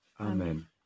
Amen